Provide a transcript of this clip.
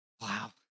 Wow